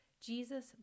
Jesus